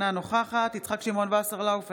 אינה נוכחת יצחק שמעון וסרלאוף,